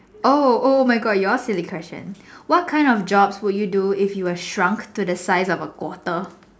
oh oh my God your silly question what kind of job would you do if you were shrunk to the size of a quarter